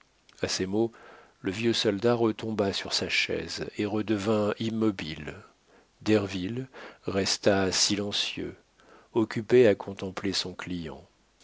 a ces mots le vieux soldat retomba sur sa chaise et redevint immobile derville resta silencieux occupé à contempler son client